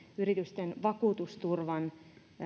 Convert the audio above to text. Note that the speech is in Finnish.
yritysten vakuutusturvan